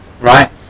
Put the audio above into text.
right